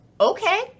okay